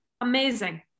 Amazing